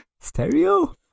Stereo